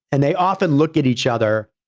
and they often look at each other,